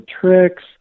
tricks